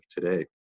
today